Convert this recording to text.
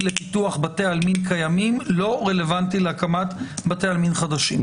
לפיתוח בתי עלמין קיימים לא רלוונטי להקמת בתי עלמין חדשים.